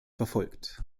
verfolgt